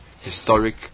historic